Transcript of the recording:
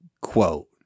quote